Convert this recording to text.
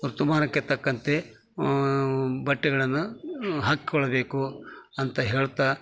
ಋತುಮಾನಕ್ಕೆ ತಕ್ಕಂತೆ ಬಟ್ಟೆಗಳನ್ನ ಹಾಕ್ಕೊಳ್ಬೇಕು ಅಂತ ಹೇಳ್ತಾ